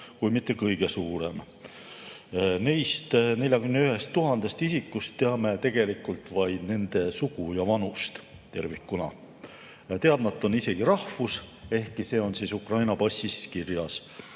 kui mitte kõige suurem. Neist 41 000 isiku puhul teame tegelikult vaid nende sugu ja vanust. Teadmata on isegi rahvus, ehkki see on Ukraina passis kirjas.